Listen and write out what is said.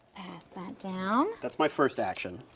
pass that down. that's my first action.